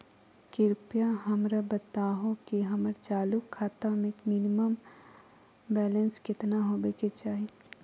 कृपया हमरा बताहो कि हमर चालू खाता मे मिनिमम बैलेंस केतना होबे के चाही